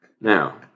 Now